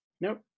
Nope